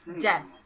death